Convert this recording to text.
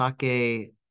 sake